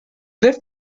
left